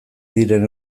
diren